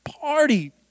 party